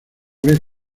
vez